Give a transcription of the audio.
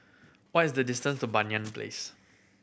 what is the distance to Banyan Place